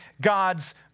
God's